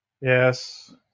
yes